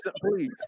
Please